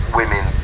women